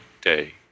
day